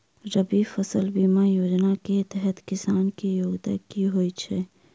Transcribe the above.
रबी फसल बीमा योजना केँ तहत किसान की योग्यता की होइ छै?